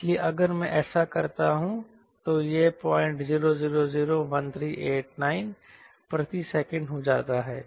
इसलिए अगर मैं ऐसा करता हूं तो यह 00001389 प्रति सेकंड हो जाता है